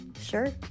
Sure